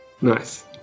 Nice